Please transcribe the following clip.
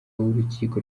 w’urukiko